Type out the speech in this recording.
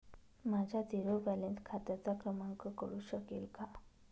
माझ्या zero balance खात्याचा क्रमांक कळू शकेल का?